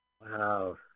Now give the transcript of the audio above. Wow